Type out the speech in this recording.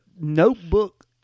notebook